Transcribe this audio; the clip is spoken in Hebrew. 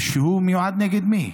שהוא מיועד נגד מי?